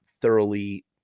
thoroughly